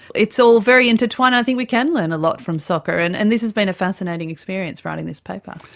it's all very intertwined. i think we can learn a lot from soccer, and and this has been a fascinating experience, writing this paper.